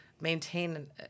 maintain